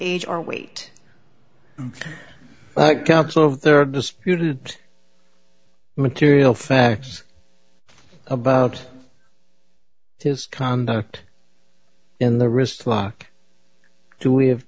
age or weight there are disputed material facts about his conduct in the wristlock do we have